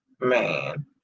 man